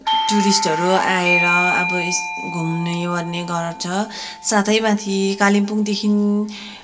टुरिस्टहरू आएर अब यस् घुम्नेओर्ने गर्छ साथै माथि कालिम्पोङदेखि